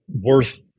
worth